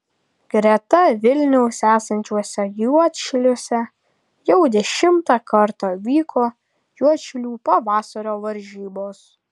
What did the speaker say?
greta vilniaus esančiuose juodšiliuose jau dešimtą kartą vyko juodšilių pavasario varžybos